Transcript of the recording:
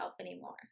anymore